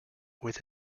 with